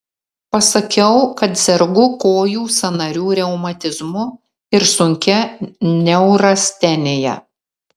pasakiau kad sergu kojų sąnarių reumatizmu ir sunkia neurastenija